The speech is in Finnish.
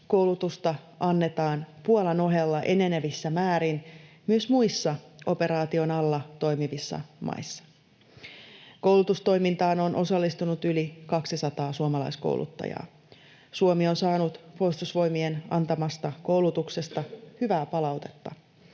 koulutusta annetaan Puolan ohella enenevissä määrin myös muissa operaation alla toimivissa maissa. Koulutustoimintaan on osallistunut yli kaksisataa suomalaiskouluttajaa. Suomi on saanut Puolustusvoimien antamasta koulutuksesta hyvää palautetta.